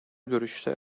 görüşte